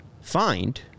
Find